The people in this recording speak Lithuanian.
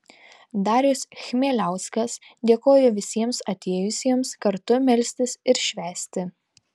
darius chmieliauskas dėkojo visiems atėjusiems kartu melstis ir švęsti